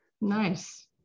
Nice